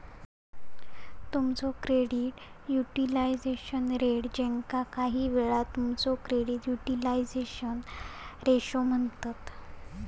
तुमचा credit utilisation rate, ज्याका काहीवेळा तुमचो क्रेडिट युटिलायझेशन रेशो म्हणतत